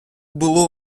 було